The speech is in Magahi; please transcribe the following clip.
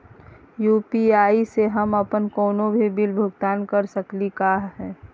यू.पी.आई स हम अप्पन कोनो भी बिल भुगतान कर सकली का हे?